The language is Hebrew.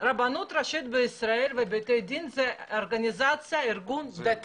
הרבנות הראשית בישראל ובתי הדין זה ארגון דתי,